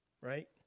right